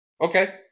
okay